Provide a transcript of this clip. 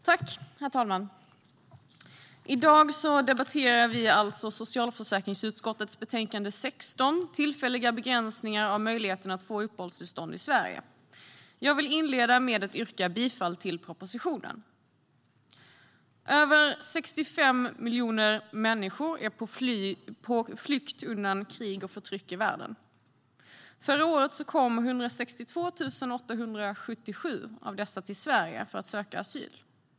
Herr talman! I dag debatterar vi socialförsäkringsutskottets betänkande 16, Tillfälliga begränsningar av möjligheten att få uppehållstillstånd i Sverige . Jag vill inleda med att yrka bifall till propositionen. Över 65 miljoner människor är på flykt undan krig och förtryck i världen. Förra året kom 162 877 av dessa till Sverige för att söka asyl.